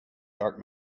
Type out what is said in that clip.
dark